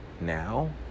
now